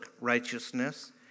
righteousness